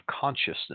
consciousness